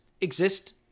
exist